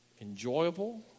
enjoyable